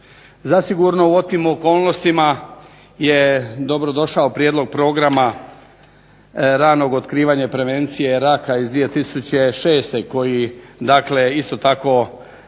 Zasigurno u tim okolnostima je dobrodošao prijedlog programa ranog otkrivanja i prevencije raka iz 2006. koji dakle isto tako